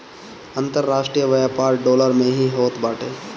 अन्तरराष्ट्रीय व्यापार डॉलर में ही होत बाटे